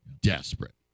desperate